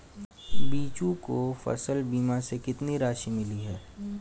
बीजू को फसल बीमा से कितनी राशि मिली है?